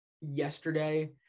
yesterday